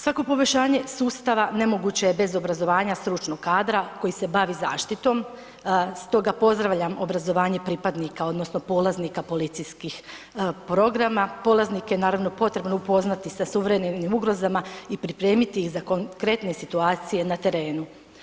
Svako poboljšanje sustava nemoguće je bez obrazovanja stručnog kadra koji se bavi zaštitom, stoga pozdravljam obrazovanje pripadnika odnosno polaznika policijskih programa, polaznike je naravno, potrebno upoznati sa suvremenim ugrozama i pripremiti ih za konkretne situacije na terenu.